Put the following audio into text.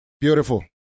Beautiful